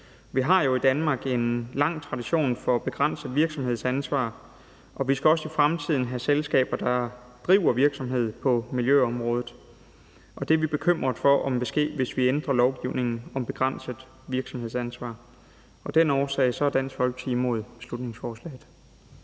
Vi har jo i Danmark en lang tradition for at begrænse virksomhedsansvar, og vi skal også i fremtiden have selskaber, der driver virksomhed på miljøområdet. Vi er bekymrede for, hvad der vil ske i forhold til det, hvis vi ændrer lovgivningen om begrænset virksomhedsansvar. Af den årsag er Dansk Folkeparti imod beslutningsforslaget.